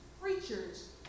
preachers